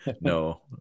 no